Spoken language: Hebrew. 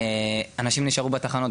אנשים נשארו בתחנות.